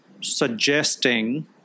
suggesting